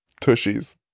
tushies